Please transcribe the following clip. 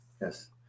Yes